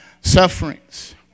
sufferings